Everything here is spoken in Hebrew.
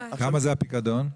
כמה זה הפיקדון?